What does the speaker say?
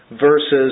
versus